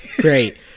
Great